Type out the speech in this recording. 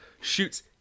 Shoots